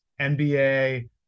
NBA